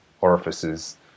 Orifices